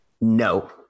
No